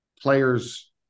players